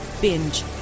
Binge